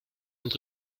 und